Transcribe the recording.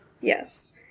yes